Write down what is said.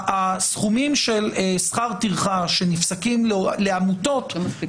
הסכומים של שכר טרחה שנפסקים לעמותות -- לא מספיקות.